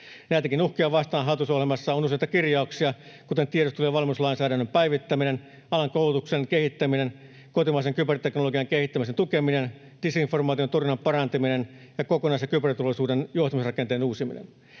Näitäkin uhkia vastaan hallitusohjelmassa on useita kirjauksia, kuten tiedustelu- ja valmiuslainsäädännön päivittäminen, alan koulutuksen kehittäminen, kotimaisen kyberteknologian kehittämisen tukeminen, disinformaation torjunnan parantaminen ja kokonainen kyberturvallisuuden johtamisrakenteen uusiminen.